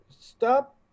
stop